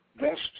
best